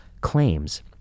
claims